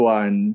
one